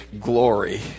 glory